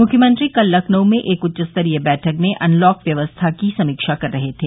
मुख्यमंत्री कल लखनऊ में एक उच्चस्तरीय बैठक में अनलॉक व्यवस्था की समीक्षा कर रहे थे